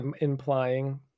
implying